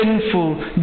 sinful